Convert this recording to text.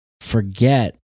forget